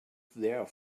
there